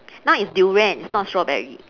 now it's durian it's not strawberry